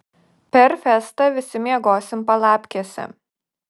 per festą visi miegosim palapkėse